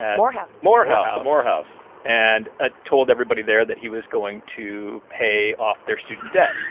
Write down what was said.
morehouse morehouse morehouse and ah told everybody there that he was going to pay off their student debt.